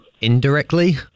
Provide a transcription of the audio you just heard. indirectly